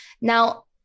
Now